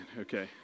okay